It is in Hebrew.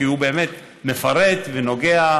כי הוא באמת מפרט ונוגע,